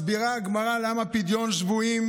מסבירה הגמרא למה פדיון שבויים